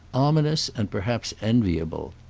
ominous and perhaps enviable?